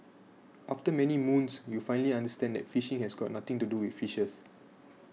after many moons you finally understood that phishing has got nothing to do with fishes